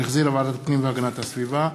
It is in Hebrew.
שהחזירה ועדת הפנים והגנת הסביבה.